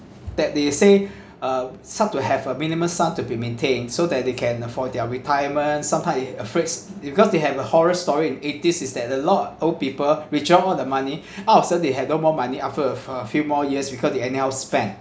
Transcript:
that they say uh some to have a minimum sum to be maintained so that they can afford their retirement sometimes it afraid because they have a horror story in eighties is that a lot old people withdraw all the money out of sudden they have no more money after a a few more years because they anyhow spend